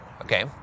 okay